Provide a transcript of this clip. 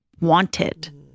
wanted